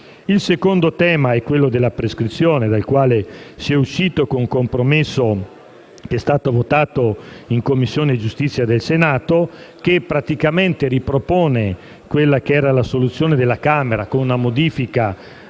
Il secondo tema è la prescrizione, dal quale si è usciti con un compromesso votato in Commissione giustizia del Senato, che praticamente ripropone la soluzione della Camera, con una modifica